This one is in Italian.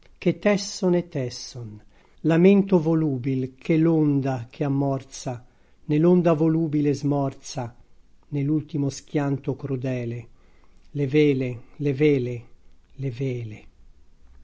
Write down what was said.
che tesson e tesson lamento volubil che l'onda che ammorza ne l'onda volubile smorza ne l'ultimo schianto crudele le vele le vele le vele